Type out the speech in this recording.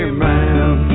man